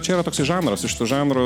čia yra toksai žanras su šitu žanru